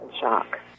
shock